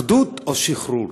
אחדות או שחרור.